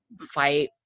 fight